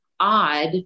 odd